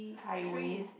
highway